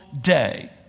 day